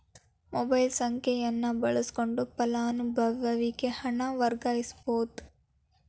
mobile ಸಂಖ್ಯೆಯನ್ನ ಬಳಸಕೊಂಡ ಫಲಾನುಭವಿಗೆ ಹಣನ ವರ್ಗಾಯಿಸಬೋದ್